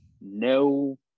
No